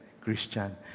Christian